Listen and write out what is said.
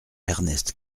ernest